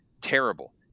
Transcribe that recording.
terrible